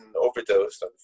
overdosed